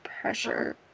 pressure